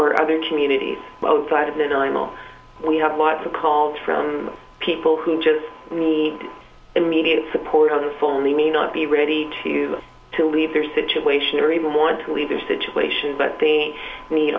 or other communities well outside of minimal we have lots of calls from people who just need immediate support on the phone they may not be ready to to leave their situation or even want to leave their situation but they need